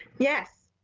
yes.